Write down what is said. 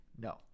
No